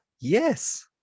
Yes